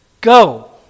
Go